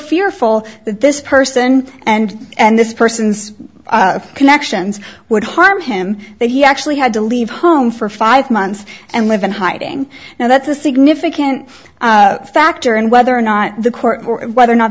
fearful that this person and and this person's connections would harm him that he actually had to leave home for five months and live in hiding now that's a significant factor in whether or not the court whether or not